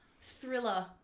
thriller